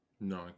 No